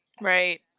Right